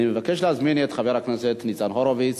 אני מבקש להזמין את חבר הכנסת ניצן הורוביץ,